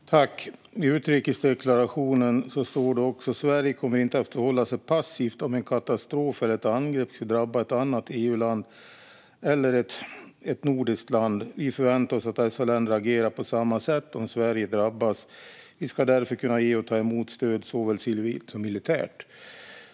Fru talman! I utrikesdeklarationen står det: "Sverige kommer inte att förhålla sig passivt om en katastrof eller ett angrepp skulle drabba ett annat EU-land eller ett nordiskt land. Vi förväntar oss att dessa länder agerar på samma sätt om Sverige drabbas. Vi ska därför kunna ge och ta emot stöd, såväl civilt som militärt."